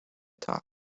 top